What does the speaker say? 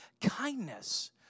Kindness